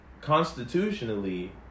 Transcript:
Constitutionally